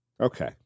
Okay